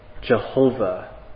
Jehovah